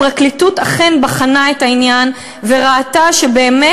הפרקליטות בחנה את העניין וראתה שאכן